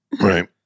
Right